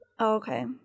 Okay